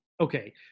okay